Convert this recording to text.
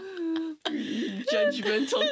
Judgmental